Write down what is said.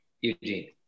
Eugene